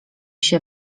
się